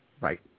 Right